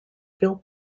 built